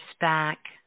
back